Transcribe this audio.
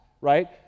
right